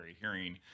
hearing